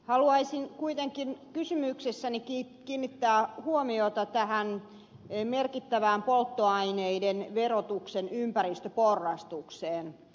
haluaisin kuitenkin kysymyksessäni kiinnittää huomiota tähän merkittävään polttoaineiden verotuksen ympäristöporrastukseen